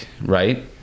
right